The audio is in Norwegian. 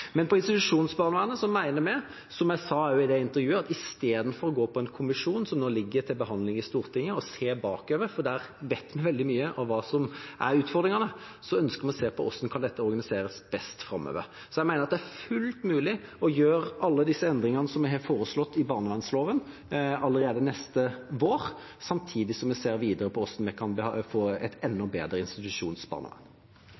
Men når det gjelder institusjonsbarnevernet, mener vi, som jeg også sa i det intervjuet, at istedenfor å gå for en kommisjon – som nå ligger til behandling i Stortinget – og se bakover, for vi vet veldig mye om hva som er utfordringene, ønsker vi å se på hvordan dette kan organiseres best framover. Jeg mener det er fullt mulig å gjøre alle disse endringene i barnevernsloven vi har foreslått, allerede neste vår, samtidig som vi ser videre på hvordan vi kan få et